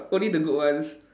only the good ones